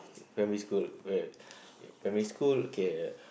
primary school wait primary school okay